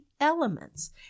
elements